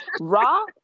raw